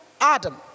Adam